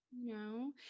No